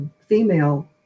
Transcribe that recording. female